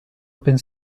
open